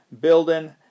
building